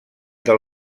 del